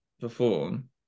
perform